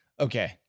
Okay